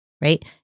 Right